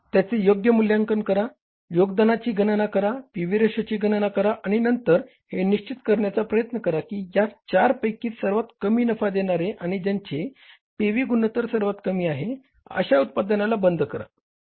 त्याचे योग्य मूल्यांकन करा योगदानाची गणना करा पीव्ही रेशोची गणना करा आणि नंतर हे निश्चित करण्याचा प्रयत्न करा की या चार पैकी सर्वात कमी नफा देणारे आणि ज्यांचे पीव्ही गुणोत्तर सर्वात कमी आहे अशा उत्पादनाला बंद करा